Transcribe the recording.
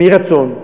מרצון.